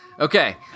Okay